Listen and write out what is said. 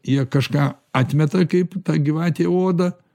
jie kažką atmeta kaip ta gyvatė odą